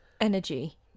energy